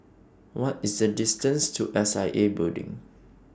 What IS The distance to S I A Building